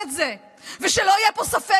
שושניו הם קוצים כעת / וליבו הקטן קפא כקרח.